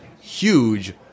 huge